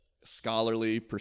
scholarly